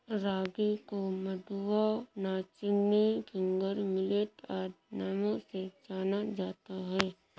रागी को मंडुआ नाचनी फिंगर मिलेट आदि नामों से जाना जाता है